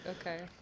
Okay